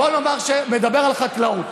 בוא נאמר שנדבר על חקלאות.